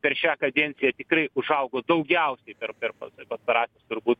per šią kadenciją tikrai užaugo daugiausiai per per pas pastarąsias turbūt